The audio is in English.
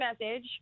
message